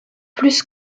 plus